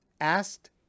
asked